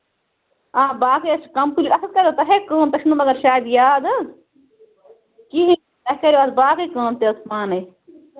آ باقٕے حظ چھِ کمپُلیٖٹ اَتھ حظ کَریٚو تۄہے کٲم مَگر تۄہہِ چھُو نہٕ شاید یاد حظ کِہیٖنٛۍ اَسہِ حظ ٲسۍ باقٕے کٲم تہِ حظ پانٕے